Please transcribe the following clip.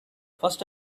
first